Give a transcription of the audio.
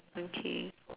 okay